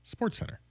SportsCenter